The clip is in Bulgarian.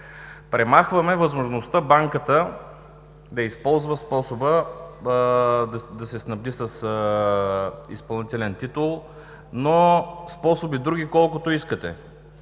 Премахваме възможността банката да използва способа да се снабди с изпълнителен титул, но способи други колкото искате.